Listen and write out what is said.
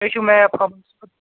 مےٚ چھُو میپ